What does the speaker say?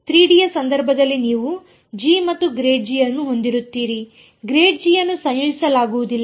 3D ಯ ಸಂದರ್ಭದಲ್ಲಿ ನೀವು ಮತ್ತು ಅನ್ನು ಹೊಂದಿರುತ್ತೀರಿ ಅನ್ನು ಸಂಯೋಜಿಸಲಾಗುವುದಿಲ್ಲ